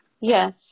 Yes